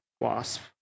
Wasp